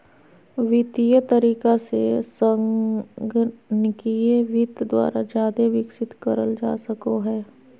वित्तीय तरीका से संगणकीय वित्त द्वारा जादे विकसित करल जा सको हय